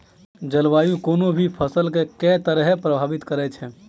जलवायु कोनो भी फसल केँ के तरहे प्रभावित करै छै?